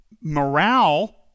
morale